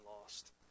lost